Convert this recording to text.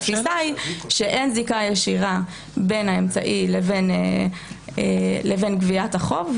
התפיסה היא שאין זיקה ישירה בין האמצעי לבין גביית החוב,